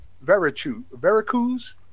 Veracruz